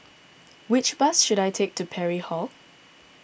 which bus should I take to Parry Hall